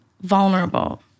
vulnerable